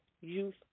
Youth